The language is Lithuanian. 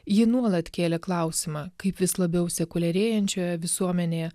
ji nuolat kėlė klausimą kaip vis labiau sekuliarėjančioje visuomenėje